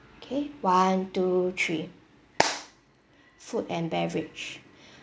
K one two three food and beverage